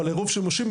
אל עירוב שימושים,